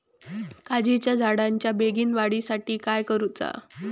काजीच्या झाडाच्या बेगीन वाढी साठी काय करूचा?